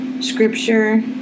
scripture